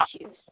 issues